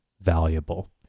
valuable